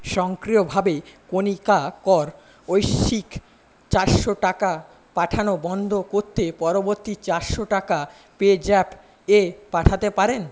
স্বংক্রিয়ভাবে কণিকা কর ঐশিক চারশো টাকা পাঠানো বন্ধ করতে পরবর্তী চারশো টাকা পে জ্যাপে পাঠাতে পারেন